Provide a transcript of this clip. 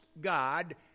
God